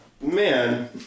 Man